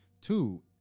two